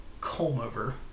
comb-over